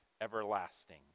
everlasting